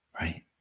right